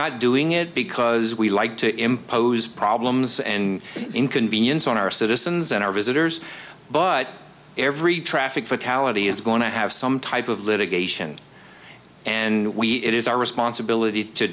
not doing it because we like to impose problems and inconvenience on our citizens and our visitors but every traffic fatality is going to have some type of litigation and we it is our responsibility to